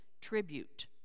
tribute